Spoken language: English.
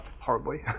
horribly